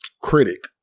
critic